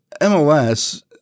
MLS